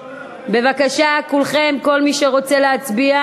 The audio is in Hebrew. בבקשה, כולכם, כל מי שרוצה להצביע